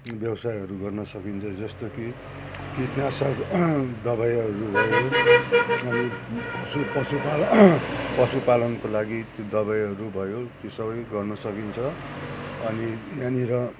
व्यवसायहरू गर्न सकिन्छ जस्तो कि कीटनाशक दबाईहरू भयो अनि पशु पशु पालन पशुपालनको लागि ति दबाईहरू भयो ती सबै गर्न सकिन्छ अनि यहाँनिर